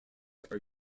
are